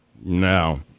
no